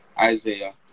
Isaiah